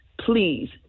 please